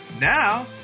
Now